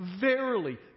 verily